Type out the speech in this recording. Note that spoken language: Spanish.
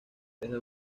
desde